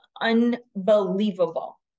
unbelievable